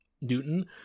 Newton